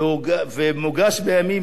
ומוגש בימים אלה,